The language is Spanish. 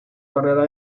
carrera